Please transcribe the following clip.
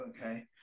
Okay